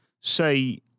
say